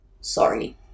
Sorry